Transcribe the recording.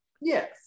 Yes